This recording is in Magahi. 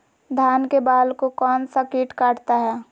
धान के बाल को कौन सा किट काटता है?